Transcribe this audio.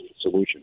solution